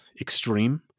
extreme